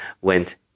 went